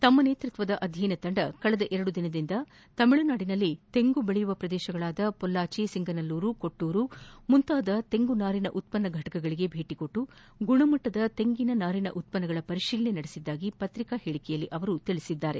ತಮ್ಮ ನೇತೃತ್ವದ ಅಧ್ಯಯನ ತಂಡ ಕಳೆದ ಎರಡು ದಿನಗಳ ಕಾಲ ತಮಿಳುನಾಡಿನಲ್ಲಿ ತೆಂಗು ಬೆಳೆಯುವ ಪ್ರದೇಶಗಳಾದ ಪೊಲಾಚಿಸಿಂಗನಲ್ಲೂರು ಕೊಟ್ಟೂರು ಮುಂತಾದ ತೆಂಗಿನ ನಾರಿನ ಉತ್ಪನ್ನ ಫಟಕಗಳಿಗೆ ಭೇಟಿ ನೀಡಿ ಗುಣಮಟ್ಟದ ತೆಂಗಿನ ನಾರಿನ ಉತ್ಪನ್ನಗಳ ಪರಿಶೀಲನೆ ನಡೆಸಿತು ಎಂದು ಪತ್ರಿಕಾ ಹೇಳಕೆಯಲ್ಲಿ ತಿಳಿಸಿದ್ದಾರೆ